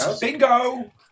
Bingo